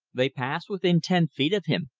they passed within ten feet of him,